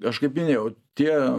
aš kaip minėjau tie